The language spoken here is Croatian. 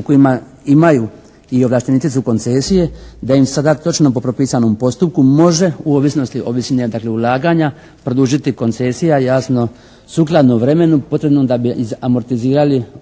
kojima imaju i ovlaštenici su koncesije da im sada točno po propisanom postupku može u ovisnosti o visini dakle, ulaganja produžiti koncesije a jasno sukladno vremenu potrebnom da bi izamortizirali